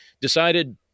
Decided